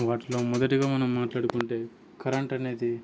వాటిలో మొదటిగా మనం మాట్లాడుకుంటే కరెంట్ అనేది